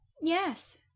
yes